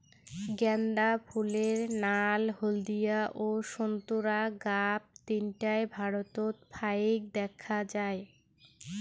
গ্যান্দা ফুলের নাল, হলদিয়া ও সোন্তোরা গাব তিনটায় ভারতত ফাইক দ্যাখ্যা যায়